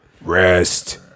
Rest